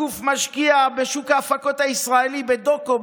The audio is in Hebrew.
הגוף משקיע בשוק ההפקות הישראלי בדוקו,